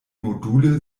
module